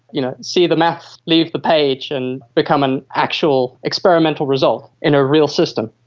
you know, see the maths leave the page and become an actual experimental result in a real system.